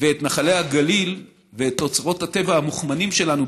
ואת נחלי הגליל ואת אוצרות הטבע המוכמנים שלנו,